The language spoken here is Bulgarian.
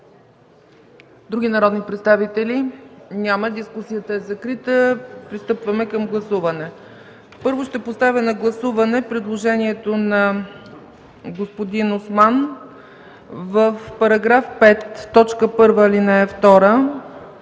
Други народни представители? Дискусията е закрита. Пристъпваме към гласуване. Първо, подлагам на гласуване предложението на господин Осман в § 5, т.